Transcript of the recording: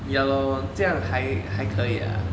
ya lor 这样还还可以啦